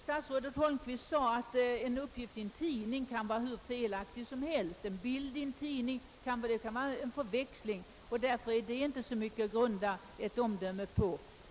Statsrådet Holmqvist sade att en uppgift i en tidning kan vara hur felaktig som helst. När det gäller en bild i en tidning kan det röra sig om en förväxling, och därför är det inte så mycket att grunda ett omdöme på, menade statsrådet.